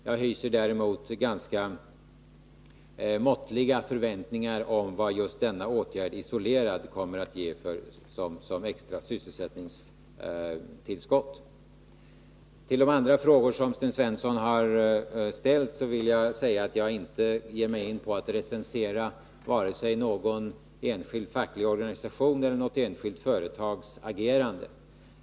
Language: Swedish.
Jag hyser däremot ganska måttliga förväntningar om vad just denna åtgärd isolerad kommer att ge som extra sysselsättningstillskott. ställt vill jag säga att jag inte ger mig in på att recensera vare sig någon särskild facklig organisations eller något enskilt företags agerande.